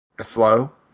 slow